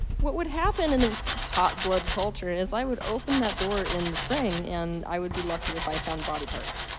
what would happen in a hot blood culture is i would open that door in the spring and i would be lucky if i found body parts.